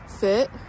fit